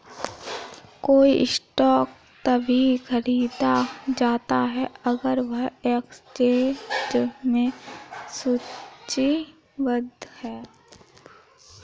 कोई स्टॉक तभी खरीदा जाता है अगर वह एक्सचेंज में सूचीबद्ध है